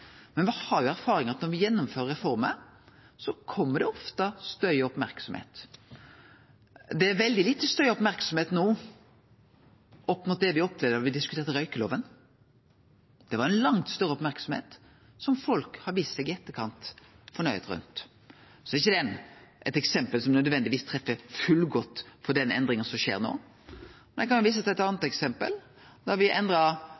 har erfaring med at når me gjennomfører reformer, blir det ofte støy og merksemd. Det er veldig lite støy og merksemd no opp mot det me opplevde da me diskuterte røykelova. Da var det langt større merksemd om noko som folk i etterkant har vist seg å vere fornøgde med. Det er ikkje eit eksempel som nødvendigvis treffer fullgodt for den endringa som skjer no, men eg kan vise til eit anna